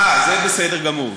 אה, זה בסדר גמור.